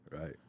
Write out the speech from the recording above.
Right